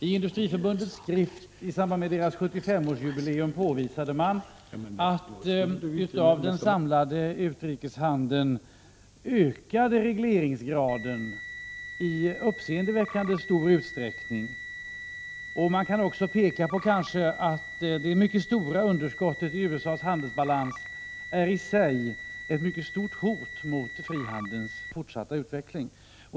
I Industriförbundets skrift i samband med dess 75-årsjubileum påvisades att av den samlade utrikeshandeln ökade regleringsgraden i uppseendeväckande stor utsträckning. Man kan också peka på att det mycket stora underskottet i USA:s handelsbalans i sig är ett allvarligt hot mot frihandelns fortsatta utveckling.